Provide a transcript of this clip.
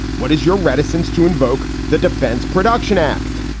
what is your reticence to invoke the defense production act